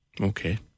Okay